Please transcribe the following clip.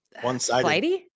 one-sided